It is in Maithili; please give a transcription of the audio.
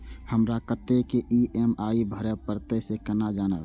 हमरा कतेक ई.एम.आई भरें परतें से केना जानब?